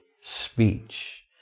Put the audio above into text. speech